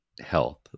health